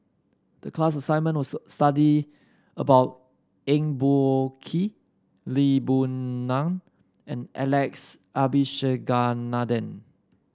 the class assignment was to study about Eng Boh Kee Lee Boon Ngan and Alex Abisheganaden